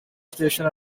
station